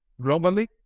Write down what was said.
globally